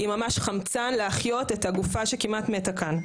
היא ממש חמצן להחיות את הגופה שכמעט מתה כאן,